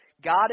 god